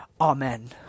amen